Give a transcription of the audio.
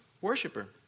worshiper